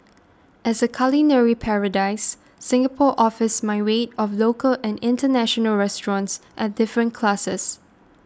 as a culinary paradise Singapore offers myriad of local and international restaurants at different classes